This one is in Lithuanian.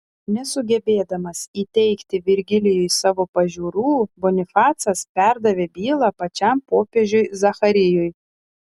nesugebėdamas įteigti virgilijui savo pažiūrų bonifacas perdavė bylą pačiam popiežiui zacharijui